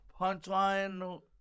punchline